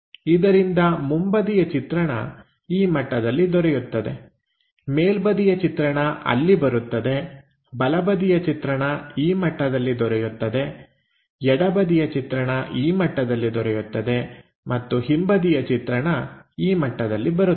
ಇದರಿಂದ ಮುಂಬದಿಯ ಚಿತ್ರಣ ಈ ಮಟ್ಟದಲ್ಲಿ ದೊರೆಯುತ್ತದೆ ಮೇಲ್ಬದಿಯ ಚಿತ್ರಣ ಅಲ್ಲಿ ಬರುತ್ತದೆ ಬಲಬದಿಯ ಚಿತ್ರಣ ಈ ಮಟ್ಟದಲ್ಲಿ ದೊರೆಯುತ್ತದೆ ಎಡಬದಿಯ ಚಿತ್ರಣ ಈ ಮಟ್ಟದಲ್ಲಿ ದೊರೆಯುತ್ತದೆ ಮತ್ತು ಹಿಂಬದಿಯ ಚಿತ್ರಣ ಈ ಮಟ್ಟದಲ್ಲಿ ಬರುತ್ತದೆ